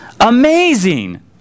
Amazing